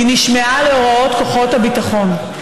היא נשמעה להוראות כוחות הביטחון.